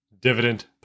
Dividend